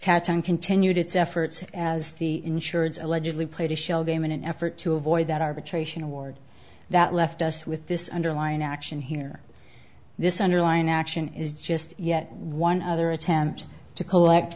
continued its efforts as the insurance allegedly played a shell game in an effort to avoid that arbitration award that left us with this underlying action here this underline action is just yet one other attempt to collect